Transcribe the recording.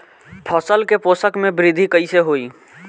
फसल के पोषक में वृद्धि कइसे होई?